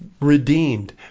redeemed